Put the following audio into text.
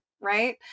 right